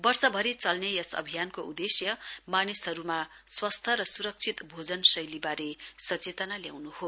वर्षभरि चल्ने यस अभियानको उद्देश्य मानिसहरूमा स्वस्थ र सुरक्षित भोजन शैलीबारे सचेतना ल्याउन् हो